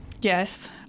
Yes